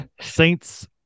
Saints